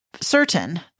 certain